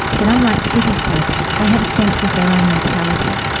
that unlike city folk, they have a sense of their own mortality.